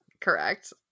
correct